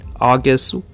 August